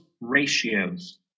ratios